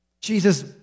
Jesus